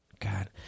God